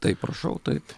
taip rašau taip